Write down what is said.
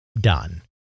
done